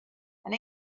and